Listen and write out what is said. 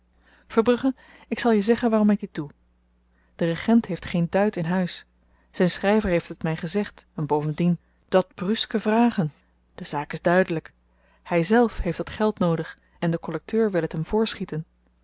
verbrugge ik zal je zeggen waarom ik dit doe de regent heeft geen duit in huis zyn schryver heeft het my gezegd en bovendien dat brusque vragen de zaak is duidelyk hyzelf heeft dat geld noodig en de kollekteur wil t hem voorschieten